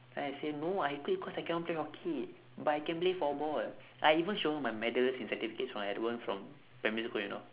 then I say no I quit cause I cannot play hockey but I can play floorball I even show her my medals and certificates from my old one from primary school you know